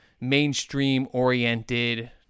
mainstream-oriented